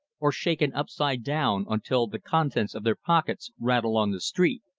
or shaken upside down until the contents of their pockets rattle on the street.